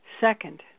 Second